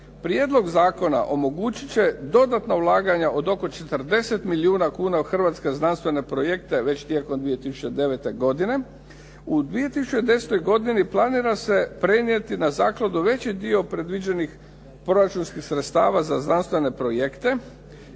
Prijedlog zakona omogućit će dodatna ulaganja od oko 40 milijuna kuna u hrvatske znanstvene projekte već tijekom 2009. godine. U 2010. godini planira se prenijeti na zakladu veći dio predviđenih proračunskih sredstava za znanstvene projekte.